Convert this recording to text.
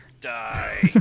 die